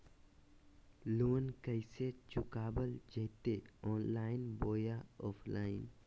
Loan कैसे चुकाबल जयते ऑनलाइन बोया ऑफलाइन?